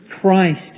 Christ